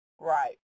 Right